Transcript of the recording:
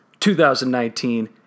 2019